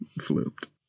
flipped